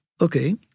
okay